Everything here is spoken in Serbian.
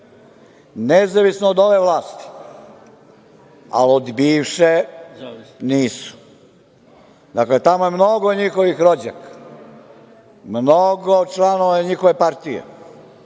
Nezavisno od ove vlasti, a od bivše nisu. Dakle, tamo je mnogo njihovih rođaka, mnogo članova njihove partije